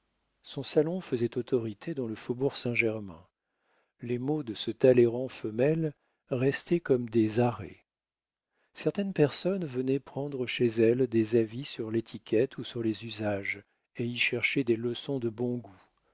son salon faisait autorité dans le faubourg saint-germain les mots de ce talleyrand femelle restaient comme des arrêts certaines personnes venaient prendre chez elle des avis sur l'étiquette ou les usages et y chercher des leçons de bon goût